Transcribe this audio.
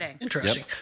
Interesting